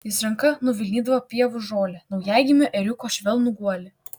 jis ranka nuvilnydavo pievų žolę naujagimio ėriuko švelnų guolį